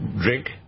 drink